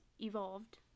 evolved